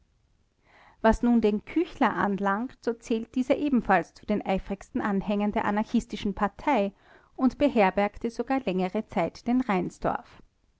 was nun den küchler anlangt so zählte dieser ebenfalls zu den eifrigsten anhängern der anarchistischen partei und beherbergte sogar längere zeit den reinsdorf